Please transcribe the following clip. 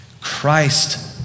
Christ